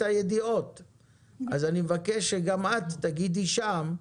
אני מבקש שגם את, תגידי שם,